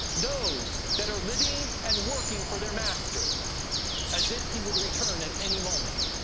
those that are living and working for their master as if he would return at any moment.